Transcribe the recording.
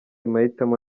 mahitamo